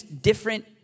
different